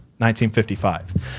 1955